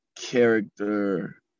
character